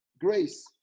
grace